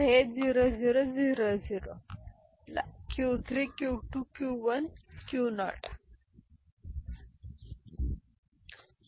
हे 0 0 0 0 योग्य आहेत आणि आपला क्यू 3 क्यू 2 क्यू 1 क्यू शून्य आहे